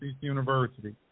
University